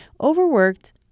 Overworked